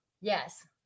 Yes